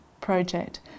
project